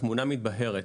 התמונה מתבהרת: